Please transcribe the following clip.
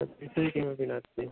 तद्विषये किमपि नास्ति